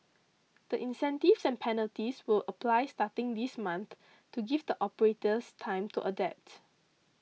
the incentives and penalties will apply starting this month to give the operators time to adapt